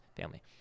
family